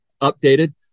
updated